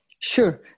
Sure